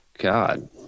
God